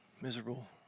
miserable